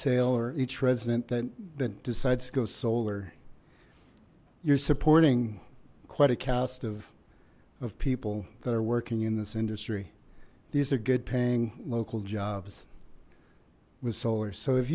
sale or each resident that that decides to go solar you're supporting quite a cast of of people that are working in this industry these are good paying local jobs with solar so if